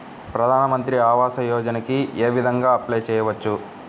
ప్రధాన మంత్రి ఆవాసయోజనకి ఏ విధంగా అప్లే చెయ్యవచ్చు?